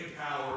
power